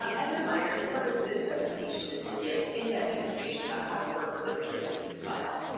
um as a reminder the purpose of this presentation is to give in-depth information about how to work with the restricted use file.